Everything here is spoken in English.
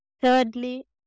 Thirdly